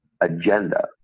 agenda